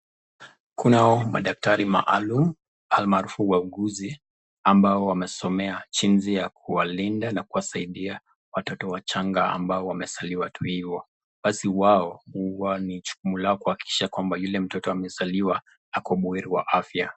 Kunao madaktari maalum almaarufu wauguzi ambao wamesomea jinsi ya kuwalinda na kuwasaidia watoto wachanga ambao wamezaliwa tu hivyo. Basi wao huwa ni jukumu lao kuhakikisha yule mtoto amezaliwa ako buheri wa afya.